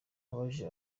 abajije